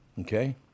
okay